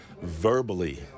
verbally